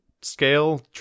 scale